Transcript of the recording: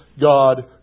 God